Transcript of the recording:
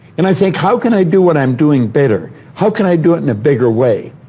and i think, how can i do what i'm doing better? how can i do it in a bigger way?